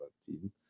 team